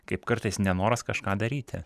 kaip kartais nenoras kažką daryti